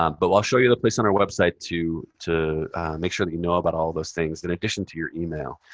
um but i'll show you the place on our website to to make sure that you know about all those things in addition to your email.